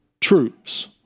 troops